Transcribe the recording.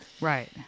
right